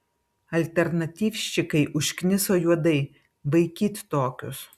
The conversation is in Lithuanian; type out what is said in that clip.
alternatyvščikai užkniso juodai vaikyt tokius